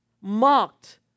mocked